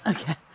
okay